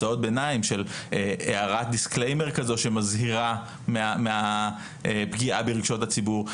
הצעות ביניים של הערת דיסקליימר כזו שמזהירה מהפגיעה ברגשות הציבור,